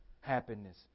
happiness